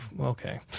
okay